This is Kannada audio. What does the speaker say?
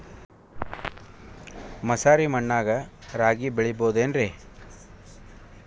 ಮಸಾರಿ ಮಣ್ಣಾಗ ರಾಗಿ ಬೆಳಿಬೊದೇನ್ರೇ?